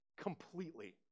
completely